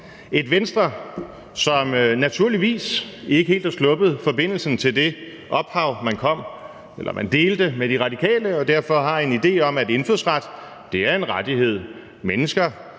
et Venstre, som naturligvis ikke helt har sluppet forbindelsen til det ophav, man delte med De Radikale, og derfor har en idé om, at indfødsret er en rettighed. Mennesker,